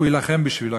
הוא יילחם בשבילו,